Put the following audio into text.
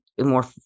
more